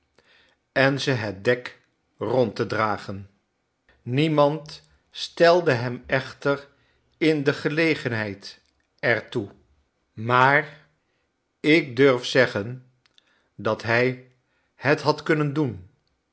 en ze het dek rond te dragen niemand stelde hem echter in de gelegenheid er toe maar ik durf zeggen dat hij het had kunnen doen